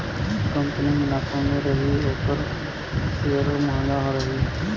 company मुनाफा मे रही ओकर सेअरो म्हंगा रही